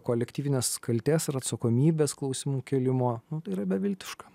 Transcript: kolektyvinės kaltės ir atsakomybės klausimų kėlimo yra beviltiška